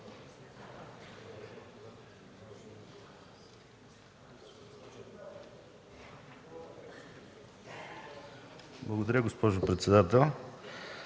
Благодаря, госпожо председател.